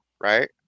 right